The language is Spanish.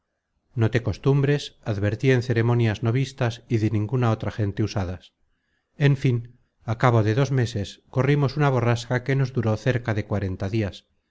contento noté costumbres advertí en ceremonias no vistas y de ninguna otra gente usadas en fin á cabo de dos meses corrimos una borrasca que nos duró cerca de cuarenta dias